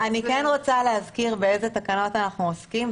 אני כן רוצה להזכיר באילו תקנות אנחנו עוסקים,